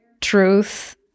truth